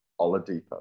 Oladipo